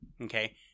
okay